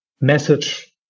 message